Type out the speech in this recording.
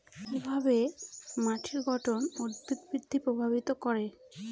কিভাবে মাটির গঠন উদ্ভিদ বৃদ্ধি প্রভাবিত করে?